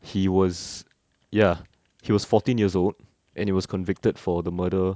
he was ya he was fourteen years old and he was convicted for the murder